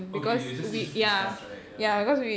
okay okay it was just it was just discussed right ya